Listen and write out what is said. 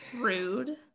Rude